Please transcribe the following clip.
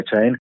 chain